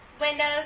windows